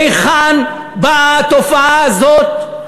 מהיכן באה התופעה הזאת,